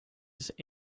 his